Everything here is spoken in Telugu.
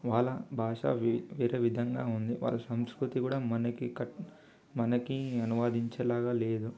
వాళ్ళ భాష వే వేరే విధంగా ఉంది వాళ్ళ సంస్కృతి కూడా మనకి కట్ మనకి అనువదించేలాగా లేదు